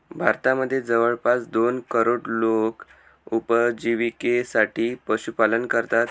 भारतामध्ये जवळपास दोन करोड लोक उपजिविकेसाठी पशुपालन करतात